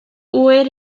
ŵyr